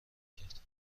کرد